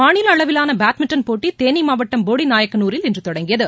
மாநில அளவிலான பேட்மிண்டன் போட்டி தேனி மாவட்டம் போடிநாயக்கனரில் இன்று தொடங்கியது